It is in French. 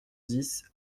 dix